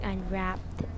Unwrapped